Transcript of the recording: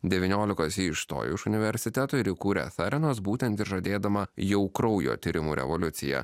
devyniolikos ji išstojo iš universiteto ir įkūrė ferenos būtent ir žadėdama jau kraujo tyrimų revoliuciją